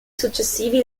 successivi